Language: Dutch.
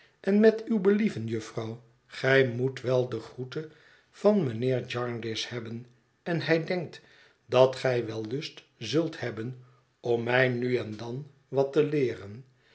en met uw believen jufvrouw gij moet wel de groete van mijnheer jarndyce hebben en hij denkt dat gij wel lust zult hebben om mij nu en dan wat te leeren